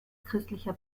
christlicher